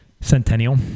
Centennial